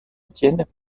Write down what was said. étienne